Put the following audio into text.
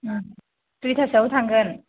दुइथासोआव थांगोन